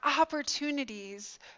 opportunities